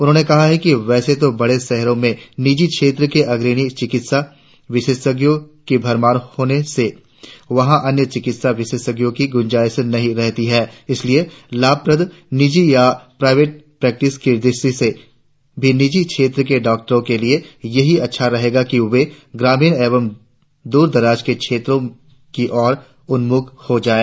उन्होंने कहा कि वैसे तो बड़े शहरों में निजी क्षेत्र के अग्रणी चिकित्सा विशेषज्ञों की भरमार होने से वहां अन्य चिकित्सा विशेषज्ञों की गुंजाइश नहीं रहती है इसलिए लाभप्रद निजी या प्राइवेट प्रेक्टिस की दृष्टि से भी निजी क्षेत्र के डॉक्टरों के लिए यही अच्छा रहेगा कि वे ग्रामीण एवं दूरदराज के क्षेत्रों की ओर उन्मुख हो जाएं